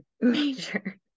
major